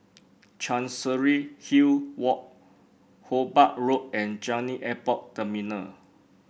Chancery Hill Walk Hobart Road and Changi Airport Terminal